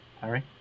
Harry